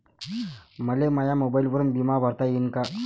मले माया मोबाईलवरून बिमा भरता येईन का?